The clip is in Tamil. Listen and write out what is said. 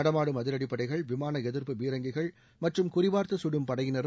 நடமாடும் அதிரடிப்படைகள் விமான எதிர்ப்பு பீரங்கிகள் மற்றும் குறிபார்த்து கடும் படையினரும்